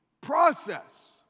process